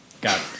got